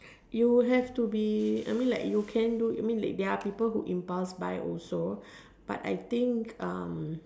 you have to be I mean like you can do you mean like there are people that impulse buy also but I think um